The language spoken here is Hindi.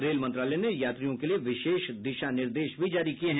रेल मंत्रालय ने यात्रियों के लिये विशेष दिशा निर्देश भी जारी किये हैं